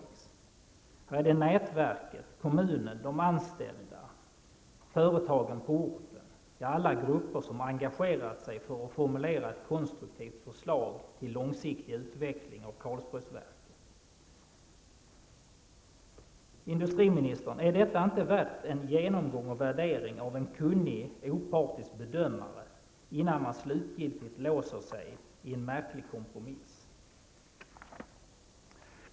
Har man det nätverket -- kommunen, de anställda, företagen på orten och alla grupper som engagerat sig för att formulera ett konstruktivt förslag till långsiktig utveckling av Karlsborgsverken -- är det då inte värt en genomgång och värdering av en kunnig och opartisk bedömare innan man slutgiltigt låser sig i en märklig kompromiss, industriministern?